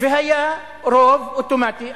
והיה רוב אוטומטי.